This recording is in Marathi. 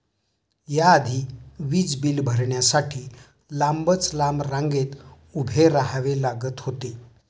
या आधी वीज बिल भरण्यासाठी लांबच लांब रांगेत उभे राहावे लागत होते